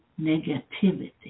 negativity